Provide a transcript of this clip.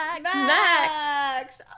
Max